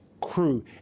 crew